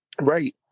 Right